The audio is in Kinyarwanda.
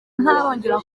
ntarongera